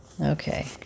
Okay